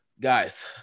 Guys